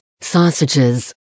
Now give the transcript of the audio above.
Sausages